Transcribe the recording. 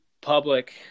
public